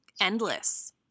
endless